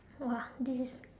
!wah! this is